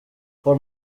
for